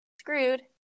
screwed